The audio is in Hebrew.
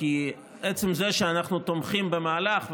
עצם זה שאנחנו תומכים במהלך,